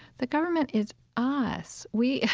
the government is us. we,